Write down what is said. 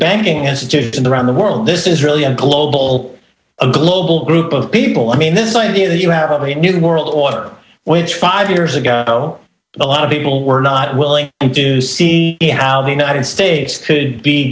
banking institutions and around the world this is really a global a global group of people i mean this idea that you have a new world order which five years ago a lot of people were not willing to see how the united states could be